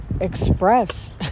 express